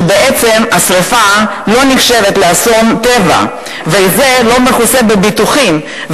שבעצם השרפה לא נחשבת לאסון טבע וזה לא מכוסה בביטוחים.